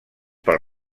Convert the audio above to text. pel